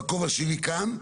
בכובע שלי כאן,